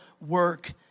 work